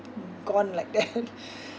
gone like that